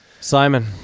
Simon